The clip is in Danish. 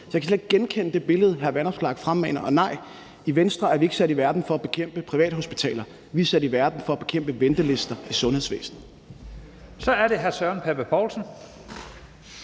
Så jeg kan slet ikke genkende det billede, hr. Alex Vanopslagh fremmaner. Og nej, i Venstre er vi ikke sat i verden for at bekæmpe privathospitaler. Vi er sat i verden for at bekæmpe ventelister i sundhedsvæsenet. Kl. 10:55 Første næstformand